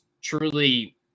truly